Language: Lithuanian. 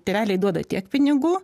tėveliai duoda tiek pinigų